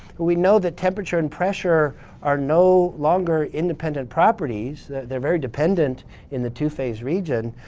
we know that temperature and pressure are no longer independent properties, that they're very dependent in the two-phase region.